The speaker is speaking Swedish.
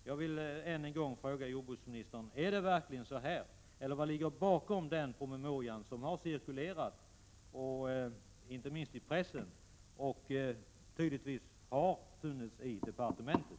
Jag vill ännu en gång fråga jordbruksministern: Är det verkligen så här, eller vad ligger bakom den promemoria som har cirkulerat, inte minst i pressen, och som tydligtvis funnits i departementet?